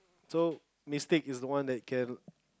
so Mystique is the one that can